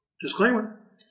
Disclaimer